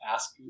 Ask